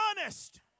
honest